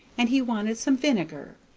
and he wanted some vinegar.